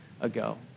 ago